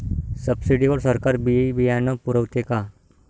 Subsidy वर सरकार बी बियानं पुरवते का?